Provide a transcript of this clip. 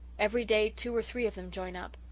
every day two or three of them join up.